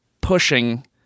pushing